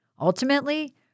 Ultimately